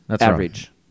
average